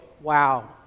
Wow